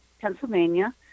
Pennsylvania